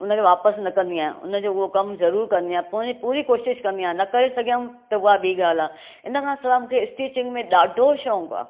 हुन खे वापसि न कंदी आहियां हुन जो उहो कमु ज़रूरु कंदी आहियां पोइ पूरी कोशिशि कंदी आहियां न करे सघियमि त उहा ॿी ॻाल्हि आहे इन खां सवाइ मूंखे स्टिचिंग में ॾाढो शौक़ु आहे